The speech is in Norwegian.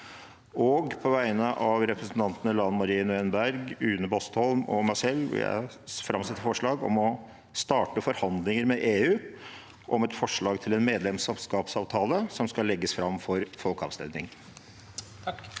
På vegne av representantene Lan Marie Nguyen Berg, Une Bastholm og meg selv vil jeg framsette et forslag om å starte forhandlinger med EU om et forslag til en medlemskapsavtale som skal legges fram for folkeavstemning.